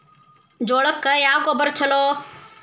ಜೋಳಕ್ಕ ಯಾವ ಗೊಬ್ಬರ ಛಲೋ?